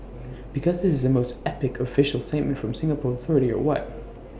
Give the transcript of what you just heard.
because is this the most epic official statement from A Singapore authority or what